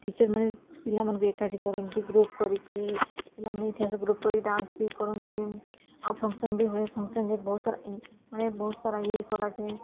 ଟିଚର୍ମାନେ ପିଲାମାନଙ୍କୁ ଏକାଠି କରନ୍ତି ଗ୍ରୁପ୍ କରିକି ପିଲାମାନେ ଏଠି ଆସି ଗ୍ରୁପ୍ କରିକି ଡାନ୍ସ ବି କରନ୍ତି ଆଉ ଫଙ୍କସନ୍ ବି ହୁଏ ଫଙ୍କସନ୍ ଯେ ବହୁତ ସାରା ମାନେ ବହୁତ ସାରା ଇଏ କରାଯାଏ